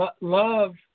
love